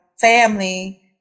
family